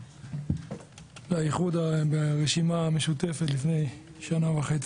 לאיחוד הרשימה המשותפת לפני שנה וחצי.